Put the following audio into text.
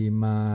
ma